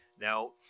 Now